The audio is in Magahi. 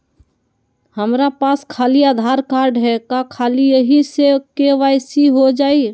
हमरा पास खाली आधार कार्ड है, का ख़ाली यही से के.वाई.सी हो जाइ?